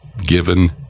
given